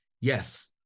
Yes